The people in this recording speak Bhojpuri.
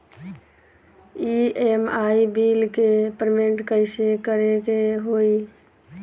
ई.एम.आई बिल के पेमेंट कइसे करे के होई?